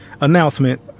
announcement